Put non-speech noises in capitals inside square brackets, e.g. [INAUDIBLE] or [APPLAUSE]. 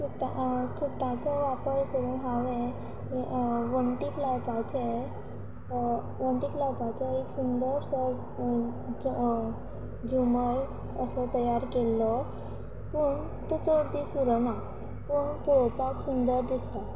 [UNINTELLIGIBLE] चुट्टांचो वापर करून हांवें वण्टीक लावपाचे वण्टीक लावपाचो एक सुंदरसो झुंबर असो तयार केल्लो पूण तो चड दीस उरुना पूण पळोवपाक सुंदर दिसता